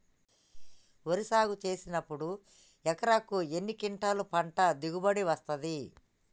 వరి సాగు చేసినప్పుడు ఎకరాకు ఎన్ని క్వింటాలు పంట దిగుబడి వస్తది?